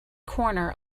corner